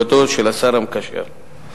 כחבר כנסת, אני תמיד